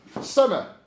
Summer